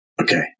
Okay